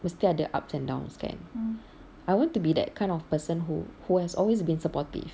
mesti ada ups and downs kan I want to be that kind of person who who has always been supportive